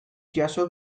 jaso